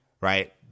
right